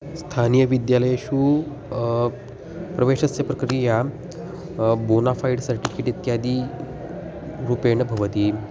स्थानीयविद्यालयेषु प्रवेशस्य प्रक्रिया bonafide certificate इत्यादिरूपेण भवति